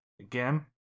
Again